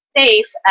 safe